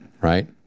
Right